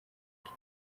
eric